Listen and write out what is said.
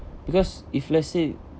because if let's say